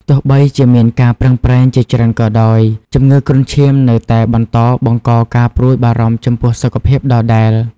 ទោះបីជាមានការប្រឹងប្រែងជាច្រើនក៏ដោយ ជំងឺគ្រុនឈាមនៅតែបន្តបង្កការព្រួយបារម្ភចំពោះសុខភាពដដែល។